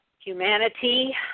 humanity